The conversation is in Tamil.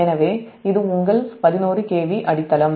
எனவே இது உங்கள் 11 KV அடித்தளம்